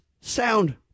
sound